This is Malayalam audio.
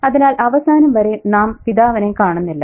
അതിനാൽ അവസാനം വരെ നാം പിതാവിനെ കാണുന്നില്ല